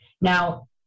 Now